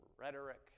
rhetoric